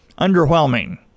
underwhelming